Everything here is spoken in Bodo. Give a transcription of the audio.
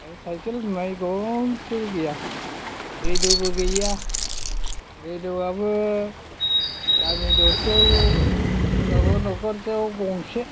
आरो सायकेल होननाय गंसेबो गैया रेदिय'बो गैया रेदिय'आबो गामि दरसेयाव सोरनावबा न'खरसेयाव गंसे